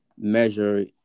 Measure